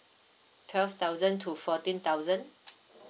twelve thousand to fourteen thousand